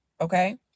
okay